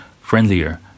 friendlier